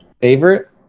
favorite